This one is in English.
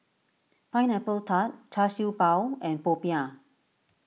Pineapple Tart Char Siew Bao and Popiah